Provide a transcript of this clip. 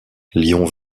lion